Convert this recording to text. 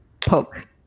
Poke